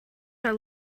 are